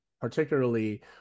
particularly